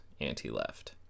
Anti-left